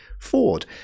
Ford